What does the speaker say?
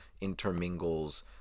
intermingles